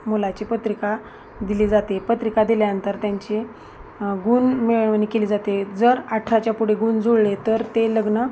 मुलाची पत्रिका दिली जाते पत्रिका दिल्यानंतर त्यांची गुण मिळवणी केली जाते जर अठराच्या पुढे गुण जुळले तर ते लग्न